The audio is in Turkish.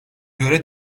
göre